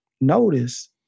notice